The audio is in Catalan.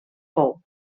pou